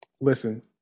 Listen